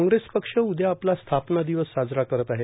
काँग्रेस पक्ष उद्या आपला स्थापना दिवस साजरा करत आहे